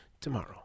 tomorrow